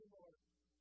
Lord